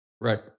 right